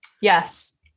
Yes